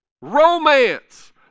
Romance